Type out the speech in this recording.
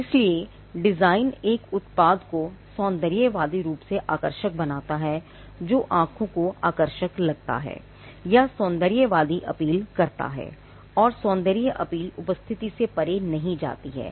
इसलिए डिजाइन एक उत्पाद को सौंदर्यवादी रूप से आकर्षक बनाता है जो आँखों को आकर्षक लगता है या सौंदर्यवादी अपील करता है और सौंदर्य अपील उपस्थिति से परे नहीं जाती है